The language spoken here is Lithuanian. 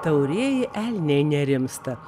taurieji elniai nerimsta